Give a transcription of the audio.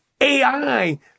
AI